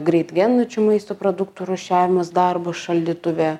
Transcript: greit gendančių maisto produktų rūšiavimas darbas šaldytuve